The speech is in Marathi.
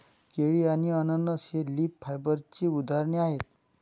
केळी आणि अननस ही लीफ फायबरची उदाहरणे आहेत